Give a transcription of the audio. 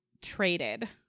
traded